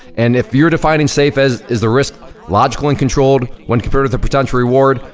and if you're defining safe as is the risk logical and controlled when compared to the potential reward,